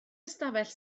ystafell